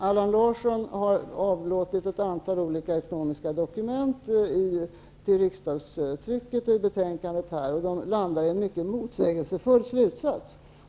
Allan Larsson har avlåtit ett antal olika dokument om ekonomin till riksdagstrycket i detta betänkande vilka landar i en mycket motsägelsefull slutsats.